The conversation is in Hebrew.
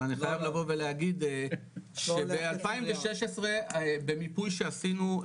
אבל אני חייב להגיד שב-2016 במיפוי שעשינו,